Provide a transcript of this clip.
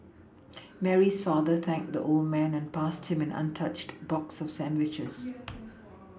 Mary's father thanked the old man and passed him an untouched box of sandwiches